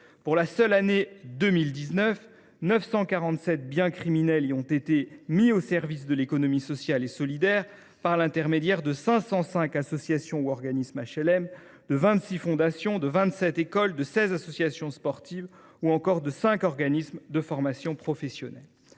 social. En 2019, 947 biens criminels y ont été mis au service de l’économie sociale et solidaire, par l’intermédiaire de 505 associations ou organismes d’HLM, de 26 fondations, de 27 écoles, de 16 associations sportives ou encore de 5 organismes de formation professionnelle.